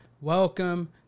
Welcome